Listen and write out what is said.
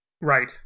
Right